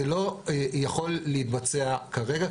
זה לא יכול להתבצע כרגע,